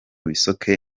bisoke